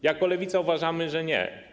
Jako Lewica uważamy, że nie.